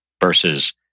versus